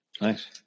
nice